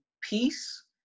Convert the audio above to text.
peace